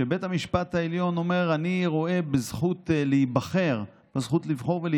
שבית המשפט העליון אומר: אני רואה בזכות לבחור ולהיבחר